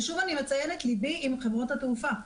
ושוב אני מציינת ליבי עם חברות התעופה.